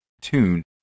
tune